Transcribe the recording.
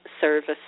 service